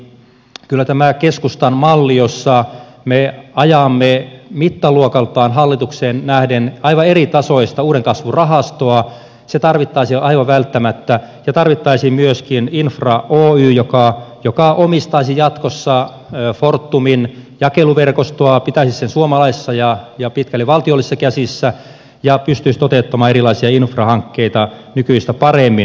kyllä tämä keskustan malli jossa me ajamme mittaluokaltaan hallitukseen nähden aivan eritasoista uuden kasvun rahastoa tarvittaisiin aivan välttämättä ja tarvittaisiin myöskin infra oy joka omistaisi jatkossa fortumin jakeluverkostoa pitäisi sen suomalaisissa ja pitkälti valtiollisissa käsissä ja pystyisi toteuttamaan erilaisia infrahankkeita nykyistä paremmin